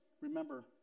remember